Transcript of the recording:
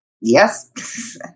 yes